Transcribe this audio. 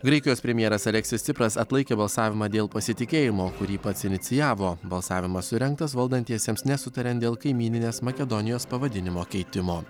graikijos premjeras aleksis cipras atlaikė balsavimą dėl pasitikėjimo kurį pats inicijavo balsavimas surengtas valdantiesiems nesutariant dėl kaimyninės makedonijos pavadinimo keitimo